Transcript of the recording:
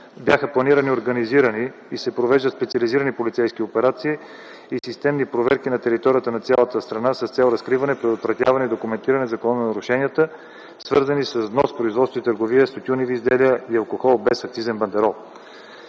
бяха планирани, организирани и се провеждат специализирани полицейски операции и системни проверки на територията на цялата страна с цел разкриване, предотвратяване, документиране закононарушенията, свързани с внос, производство и търговия с тютюневи изделия и алкохол без акцизен бандерол,